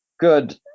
good